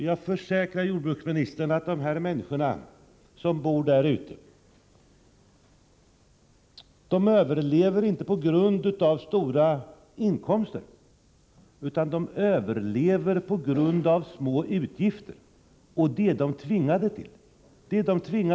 Jag försäkrar jordbruksministern att människorna som bor ute i skärgården inte överlever på grund av stora inkomster, utan på grund av små utgifter. Det är de tvingade till.